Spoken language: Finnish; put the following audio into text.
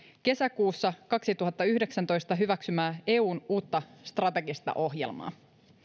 kesäkuussa kaksituhattayhdeksäntoista hyväksymää eun uutta strategista ohjelmaa